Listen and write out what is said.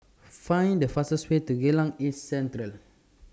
Find The fastest Way to Geylang East Central